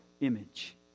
image